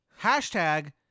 Hashtag